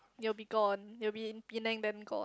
you'll be gone you will be in Penang then got